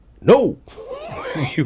No